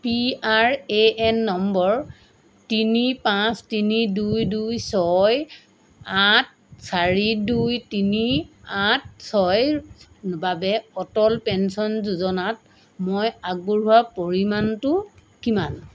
P R A N নম্বৰ তিনি পাঁচ তিনি দুই দুই ছয় আঠ চাৰি দুই তিনি আঠ ছয়ৰ বাবে অটল পেঞ্চন যোজনাত মই আগবঢ়োৱা পৰিমাণটো কিমান